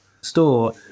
store